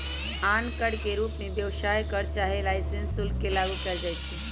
आन कर के रूप में व्यवसाय कर चाहे लाइसेंस शुल्क के लागू कएल जाइछै